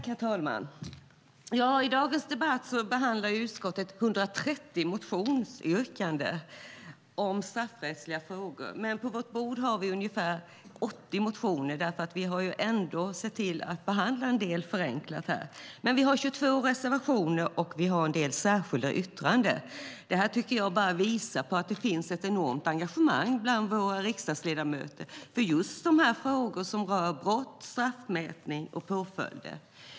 Herr talman! I dagens debatt behandlar utskottet 130 motionsyrkanden om straffrättsliga frågor, men på vårt bord har vi ungefär 80 motioner, för vi har ändå sett till att behandla en del förenklat. Vi har också 22 reservationer och en del särskilda yttranden. Det tycker jag visar på att det finns ett enormt engagemang bland våra riksdagsledamöter för just frågor som rör brott, straffmätning och påföljder.